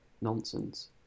nonsense